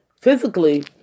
physically